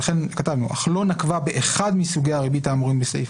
ולכן כתבנו: "אך לא נקבה באחד מסוגי הריבית האמורים בסעיף